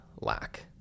lack